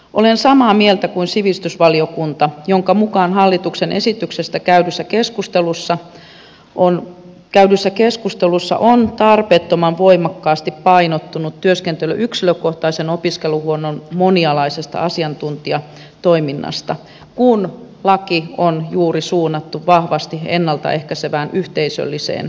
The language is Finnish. olen samaa mieltä kuin sivistysvaliokunta jonka mukaan hallituksen esityksestä käydyissä keskusteluissa on tarpeettoman voimakkaasti painottunut työskentely yksilökohtaisen opiskeluhuollon monialaisessa asiantuntijatoiminnassa kun laki on juuri suunnattu vahvasti ennalta ehkäisevään yhteisölliseen suuntaan